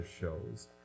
shows